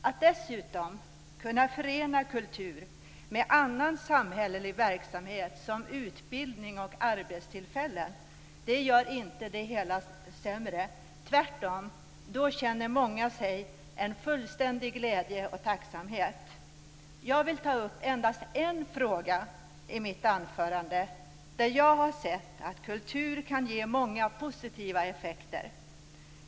Att dessutom kunna förena kultur med annan samhällelig verksamhet, som utbildning och arbetstillfällen, gör inte det hela sämre. Tvärtom känner många då en fullständig glädje och tacksamhet. Jag vill i mitt anförande ta upp endast en fråga där jag har sett att kultur kan ge många positiva effekter.